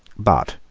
but,